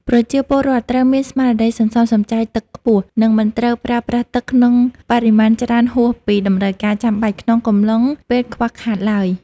ប្រជាពលរដ្ឋត្រូវមានស្មារតីសន្សំសំចៃទឹកខ្ពស់ និងមិនត្រូវប្រើប្រាស់ទឹកក្នុងបរិមាណច្រើនហួសពីតម្រូវការចាំបាច់ក្នុងកំឡុងពេលខ្វះខាតឡើយ។